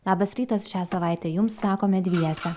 labas rytas šią savaitę jums sakome dviese